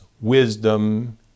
wisdom